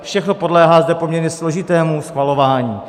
Všechno zde podléhá poměrně složitému schvalování.